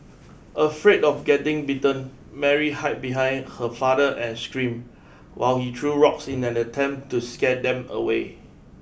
afraid of getting bitten Mary hide behind her father and scream while he threw rocks in an attempt to scare them away